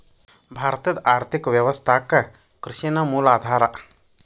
ಭಾರತದ್ ಆರ್ಥಿಕ ವ್ಯವಸ್ಥಾಕ್ಕ ಕೃಷಿ ನ ಮೂಲ ಆಧಾರಾ